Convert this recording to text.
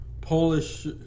Polish